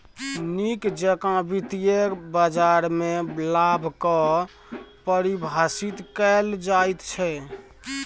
नीक जेकां वित्तीय बाजारमे लाभ कऽ परिभाषित कैल जाइत छै